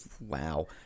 wow